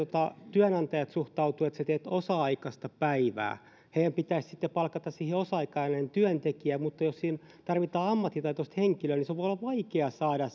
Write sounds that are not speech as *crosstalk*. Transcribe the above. työnantajat suhtautuvat siihen että teet osa aikaista päivää heidän pitäisi sitten palkata siihen osa aikainen työntekijä mutta jos siinä tarvitaan ammattitaitoista henkilöä niin se voi olla vaikea saada *unintelligible*